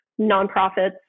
nonprofits